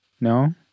No